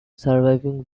surviving